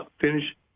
finish